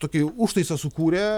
tokį užtaisą sukūrė